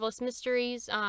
Mysteries